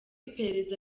iperereza